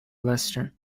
leicester